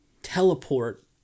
teleport